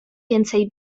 więcej